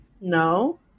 No